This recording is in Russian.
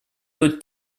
тот